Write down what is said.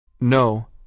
No